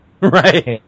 right